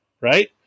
right